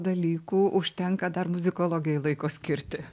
dalykų užtenka dar muzikologai laiko skirti